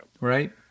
Right